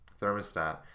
thermostat